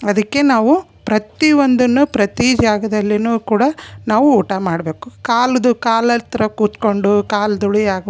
ಅದಕ್ಕೆ ನಾವು ಪ್ರತಿ ಒಂದನ್ನು ಪ್ರತಿ ಜಾಗದಲ್ಲಿಯೂ ಕೂಡ ನಾವು ಊಟ ಮಾಡಬೇಕು ಕಾಲ್ದು ಕಾಲು ಹತ್ರ ಕುತ್ಕೊಂಡು ಕಾಲು ಧೂಳಿಯಾಗಿ